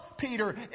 Peter